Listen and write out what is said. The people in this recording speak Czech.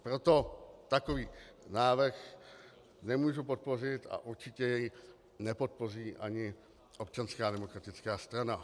Proto takový návrh nemůžu podpořit a určitě jej nepodpoří ani Občanská demokratická strana.